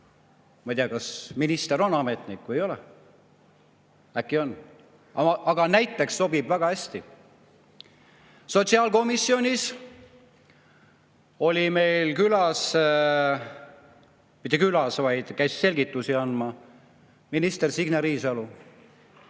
ei tea, kas minister on ametnik või ei ole. Äkki on. Aga näiteks sobib väga hästi. Sotsiaalkomisjonis oli meil külas – mitte külas, vaid käis selgitusi andmas – minister Signe Riisalo,